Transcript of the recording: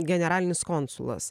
generalinis konsulas